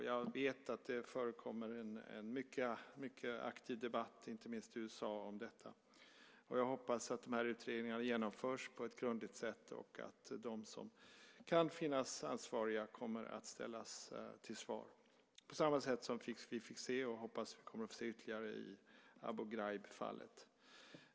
Jag vet att det förekommer en mycket aktiv debatt, inte minst i USA, om detta, och jag hoppas att den här utredningen har genomförts på ett grundligt sätt och att de som kan finnas ansvariga kommer att ställas till svars, på samma sätt som vi fick se och hoppas få se ytterligare i Abu Ghraib-fallet.